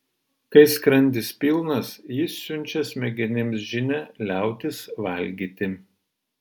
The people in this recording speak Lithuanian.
kai skrandis pilnas jis siunčia smegenims žinią liautis valgyti